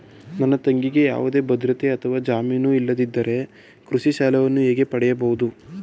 ನನ್ನ ತಂಗಿಗೆ ಯಾವುದೇ ಭದ್ರತೆ ಅಥವಾ ಜಾಮೀನು ಇಲ್ಲದಿದ್ದರೆ ಕೃಷಿ ಸಾಲವನ್ನು ಹೇಗೆ ಪಡೆಯಬಹುದು?